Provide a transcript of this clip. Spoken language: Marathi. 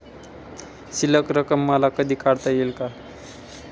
शिल्लक रक्कम मला कधी काढता येईल का?